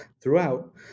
Throughout